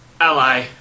ally